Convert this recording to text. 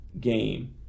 game